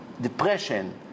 depression